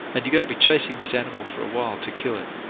and you're going to be chasing this animal for a while to kill it.